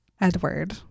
edward